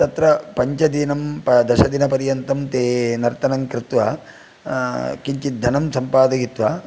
तत्र पञ्चदिनं दशदिनपर्यन्तं ते नर्तनं कृत्वा किञ्चित् धनं सम्पादयित्वा